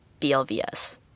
BLVS